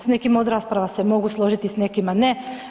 Sa nekim od rasprava se mogu složiti, sa nekima ne.